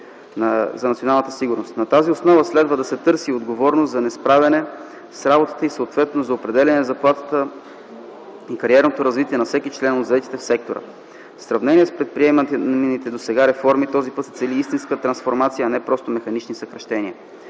за националната сигурност. На тази основа следва да се търси отговорност за несправяне с работата и съответно за определяне заплатата и кариерното развитие на всеки един от заетите в сектора. В сравнение с предприеманите досега реформи, този път се цели истинска трансформация, а не просто механични съкращения.